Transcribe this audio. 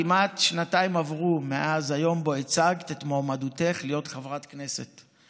כמעט שנתיים עברו מאז היום שבו הצגת את מועמדותך להיות חברת כנסת,